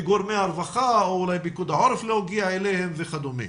מגורמי הרווחה או אולי פיקוד העורף לא הגיע אליהם וכדומה.